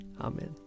Amen